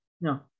no